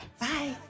Bye